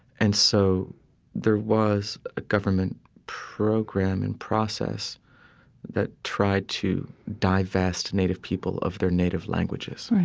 and so there was a government program in process that tried to divest native people of their native languages.